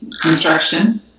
construction